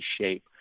shape